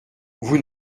vous